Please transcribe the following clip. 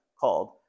called